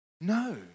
no